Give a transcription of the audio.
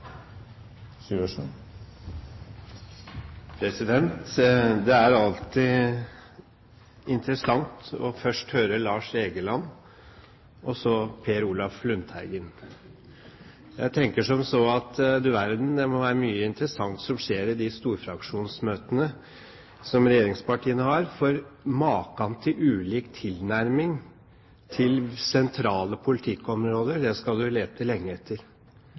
Det er alltid interessant først å høre Lars Egeland og så Per Olaf Lundteigen. Jeg tenker som så, at du verden, det må være mye interessant som skjer i de storfraksjonsmøtene som regjeringspartiene har, for maken til ulik tilnærming til sentrale politikkområder skal du lete lenge etter!